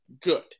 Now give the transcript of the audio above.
good